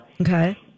Okay